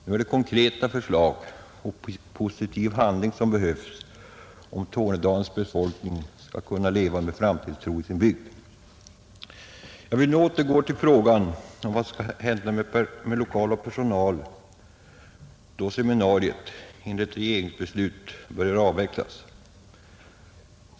Nu är det konkreta förslag och positiv handling som behövs om Tornedalens befolkning skall kunna leva med framtidstro i sin bygd. Jag vill nu återgå till frågan om vad som skall hända med personal och lokaler då seminariet — enligt regeringsbeslut — börjar avvecklas.